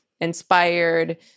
inspired